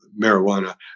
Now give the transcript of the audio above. marijuana